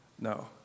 No